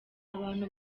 abantu